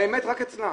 האמת רק אצלה.